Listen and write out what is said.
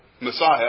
Messiah